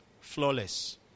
flawless